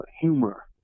humor